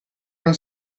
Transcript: non